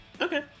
okay